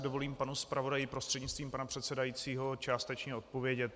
Dovolím si panu zpravodaji prostřednictvím pana předsedajícího částečně odpovědět.